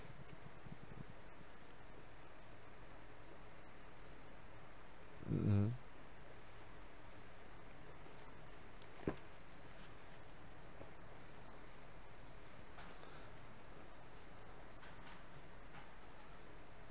mm mm